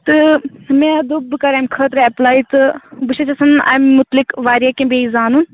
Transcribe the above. تہٕ مےٚ دوٚپ بہٕ کَرٕ اَمہِ خٲطرٕ ایٚپلاے تہٕ بہٕ چھَس یژھان امہِ مُتعلِق واریاہ کیٚنٛہہ بیٚیہِ زانُن